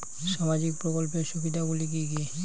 সামাজিক প্রকল্পের সুবিধাগুলি কি কি?